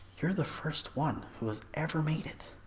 you're the first one who has ever made it